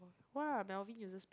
!wah! Melvin uses